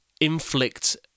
inflict